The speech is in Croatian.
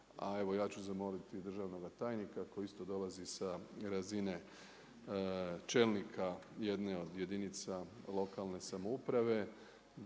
A evo ja ću zamoliti državnoga tajnika, koji isto dolazi sa razine čelnika jedne od jedinica lokalne samouprave